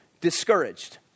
discouraged